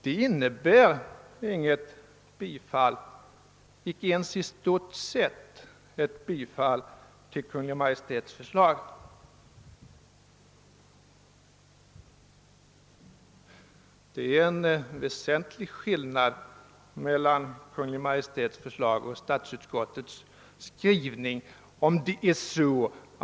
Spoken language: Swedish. Det innebär inget bifall — icke ens i stort sett — till Kungl. Maj:ts förslag. Det är en väsentlig skillnad mellan Kungl. Maj:ts förslag och statsutskottets skrivning.